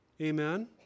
Amen